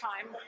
time